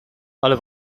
ale